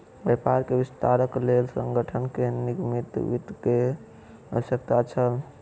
व्यापार के विस्तारक लेल संगठन के निगमित वित्त के आवश्यकता छल